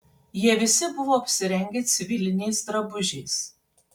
jie visi buvo apsirengę civiliniais drabužiais